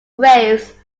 graves